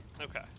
Okay